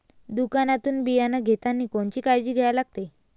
दुकानातून बियानं घेतानी कोनची काळजी घ्या लागते?